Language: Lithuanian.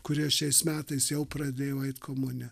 kurie šiais metais jau pradėjo eit komuniją